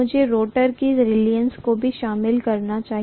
मुझे रोटर की रीलक्टन्स को भी शामिल करना चाहिए